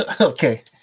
okay